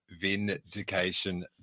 vindication